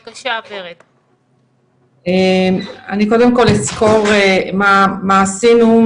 אני קודם כל אסקור מה עשינו,